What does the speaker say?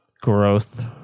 growth